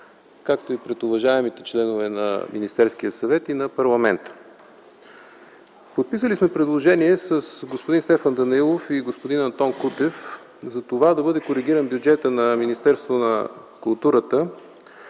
както и пред уважаемите членове на Министерския съвет и на парламента. Подписали сме предложение с господин Стефан Данаилов и господин Антон Кутев за това да бъде коригиран бюджетът на Министерството на културата